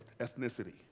ethnicity